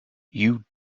you